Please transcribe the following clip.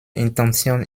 intention